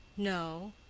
no,